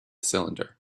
cylinder